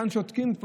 כאן שותקים,